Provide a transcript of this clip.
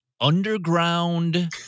underground